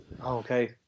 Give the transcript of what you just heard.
Okay